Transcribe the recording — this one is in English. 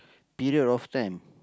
period of time